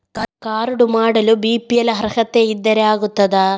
Card ಮಾಡಲು BPL ಅರ್ಹತೆ ಇದ್ದರೆ ಆಗುತ್ತದ?